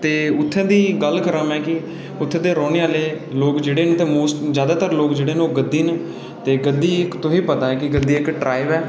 ते उत्थै दी गल्ल करां में कि उत्थै दे रौह्ने आह्ले लोक जेह्ड़े न ते मोस्ट जैदातर लोक जेह्ड़े न ओह् गद्दी न ते गद्दी तुसें गी इक पता ऐ कि गद्दी इक ट्राईब ऐ